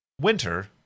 winter